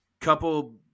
couple